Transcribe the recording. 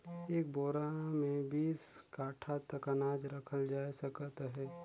एक बोरा मे बीस काठा तक अनाज रखल जाए सकत अहे